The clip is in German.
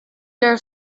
der